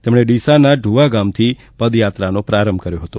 તેમણે ડીસાના ટુવા ગામથી પદયાત્રાનો પ્રારંભ કર્યો હતો